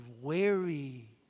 wary